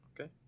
Okay